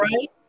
right